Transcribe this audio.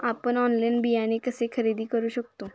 आपण ऑनलाइन बियाणे कसे खरेदी करू शकतो?